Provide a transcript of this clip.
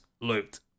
looked